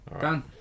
Done